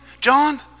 John